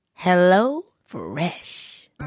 HelloFresh